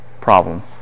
problem